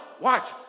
watch